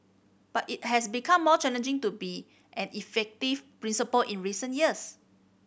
but it has become more challenging to be an effective principal in recent years